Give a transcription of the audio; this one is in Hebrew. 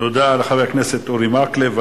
תודה לחבר הכנסת אורי מקלב.